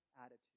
attitude